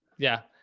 yeah.